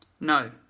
No